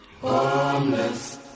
Homeless